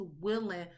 willing